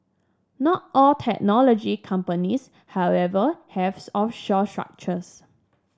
not all technology companies however have offshore structures